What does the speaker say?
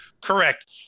correct